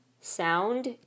sound